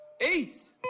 Ace